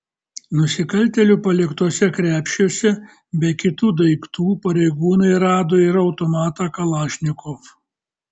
nusikaltėlių paliktuose krepšiuose be kitų daiktų pareigūnai rado ir automatą kalašnikov